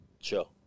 Sure